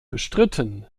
bestritten